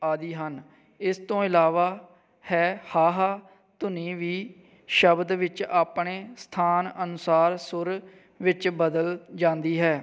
ਆਦਿ ਹਨ ਇਸ ਤੋਂ ਇਲਾਵਾ ਹੈ ਹਾਹਾ ਧੁਨੀ ਵੀ ਸ਼ਬਦ ਵਿੱਚ ਆਪਣੇ ਸਥਾਨ ਅਨੁਸਾਰ ਸੁਰ ਵਿੱਚ ਬਦਲ ਜਾਂਦੀ ਹੈ